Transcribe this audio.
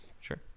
Sure